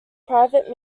private